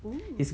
oo